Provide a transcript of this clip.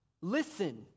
Listen